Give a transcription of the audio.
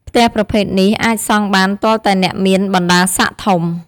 ផ្ទះប្រភេទនេះអាចសង់បានទាល់តែអ្នកមានបណ្តាសិក្ត័ធំ។